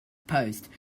post